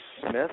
Smith